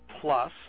plus